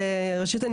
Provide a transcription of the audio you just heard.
ראשית,